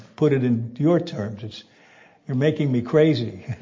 put it in your terms. it's you're making me crazy